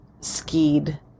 skied